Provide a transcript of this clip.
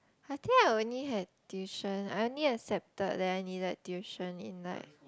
I think I only had tuition I only accepted that I needed tuition in like